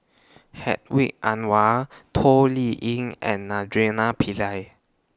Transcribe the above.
Hedwig Anuar Toh Liying and Naraina Pillai